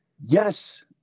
Yes